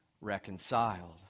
reconciled